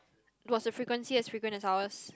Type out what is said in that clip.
was the frequency as frequent as ours